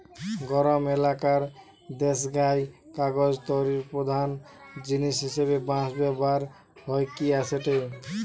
গরম এলাকার দেশগায় কাগজ তৈরির প্রধান জিনিস হিসাবে বাঁশ ব্যবহার হইকি আসেটে